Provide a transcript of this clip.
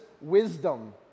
wisdom